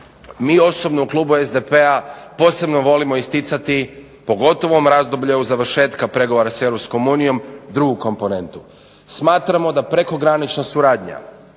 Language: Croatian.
mi osobno u klubu SDP-a posebno volimo isticati pogotovo u ovom razdoblju završetka pregovora sa EU drugu komponentu. Smatramo da prekogranična suradnja